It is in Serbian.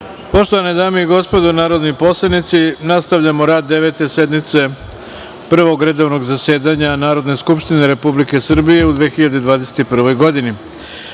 Poštovane dame i gospodo narodni poslanici, nastavljamo rad Devete sednice Prvog redovnog zasedanja Narodne skupštine Republike Srbije u 2021. godini. Na